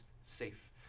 safe